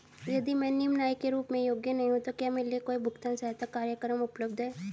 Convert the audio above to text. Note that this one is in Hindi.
यदि मैं निम्न आय के रूप में योग्य नहीं हूँ तो क्या मेरे लिए कोई भुगतान सहायता कार्यक्रम उपलब्ध है?